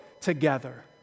together